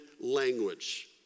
language